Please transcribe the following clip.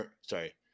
Sorry